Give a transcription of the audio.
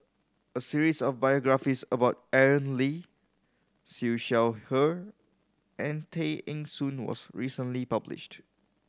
a series of biographies about Aaron Lee Siew Shaw Her and Tay Eng Soon was recently published